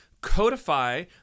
codify